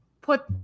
put